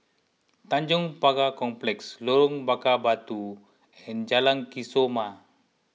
Tanjong Pagar Complex Lorong Bakar Batu and Jalan Kesoma